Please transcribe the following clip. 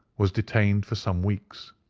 was detained for some weeks.